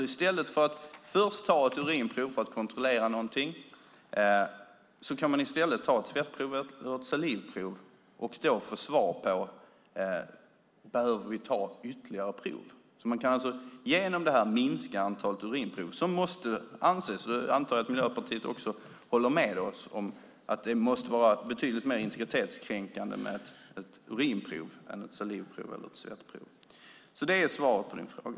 I stället för att först ta ett urinprov för att kontrollera någonting kan man ta ett svettprov och ett salivprov och då få svar på om man behöver ta ytterligare prov. Man kan alltså på det här sättet minska antalet urinprov. Jag antar att Miljöpartiet också håller med oss om att det måste vara betydligt mer integritetskränkande med ett urinprov än ett saliv eller svettprov. Det är svaret på din fråga.